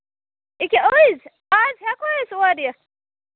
ییٚکیٛاہ أزۍ آز ہٮ۪کو أسۍ اورٕ یِتھ